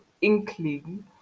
inkling